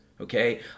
Okay